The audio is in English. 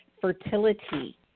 fertility